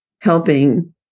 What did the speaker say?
helping